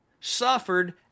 suffered